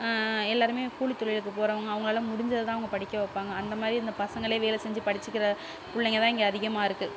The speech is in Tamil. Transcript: எல்லாருமே கூலி தொழிலுக்கு போகிறவங்க அவங்களால முடிஞ்சது தான் அவங்க படிக்க வைப்பாங்க அந்தமாதிரி இந்த பசங்களே வேலை செஞ்சு படிச்சிக்கிற பிள்ளைங்க தான் அதிகமாக இருக்குது